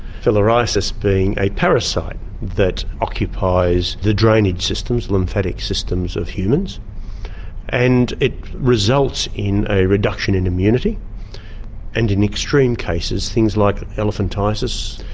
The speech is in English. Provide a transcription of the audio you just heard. filariasis being a parasite that occupies the drainage systems, lymphatic systems, of humans and it results in a reduction in immunity and in extreme cases things like elephantiasis.